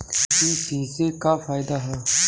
KCC से का फायदा ह?